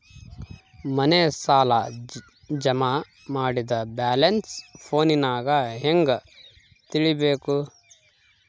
ಮನೆ ಸಾಲ ಜಮಾ ಮಾಡಿದ ಬ್ಯಾಲೆನ್ಸ್ ಫೋನಿನಾಗ ಹೆಂಗ ತಿಳೇಬೇಕು?